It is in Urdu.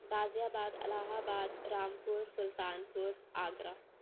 غازی آباد الہ آباد رامپور سلطانپور آگرہ